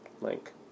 link